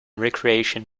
recreation